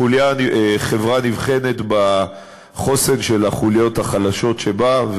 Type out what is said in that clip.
חברה נבחנת בחוסן של החוליות החלשות שבה,